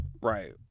right